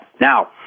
Now